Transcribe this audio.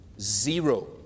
zero